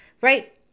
right